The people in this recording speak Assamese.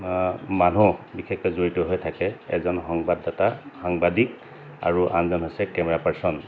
মানুহ বিশেষকৈ জড়িত হৈ থাকে এজন সংবাদদাতা সাংবাদিক আৰু আনজন হৈছে কেমেৰা পাৰ্চন